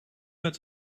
met